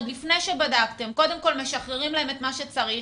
עוד לפני שבדקתם קודם כל משחררים להם את מה שצריך,